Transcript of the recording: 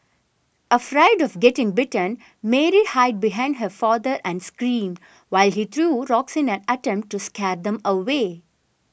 afraid of getting bitten Mary hide behind her father and screamed while he threw rocks in an attempt to scare them away